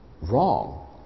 wrong